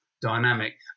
dynamic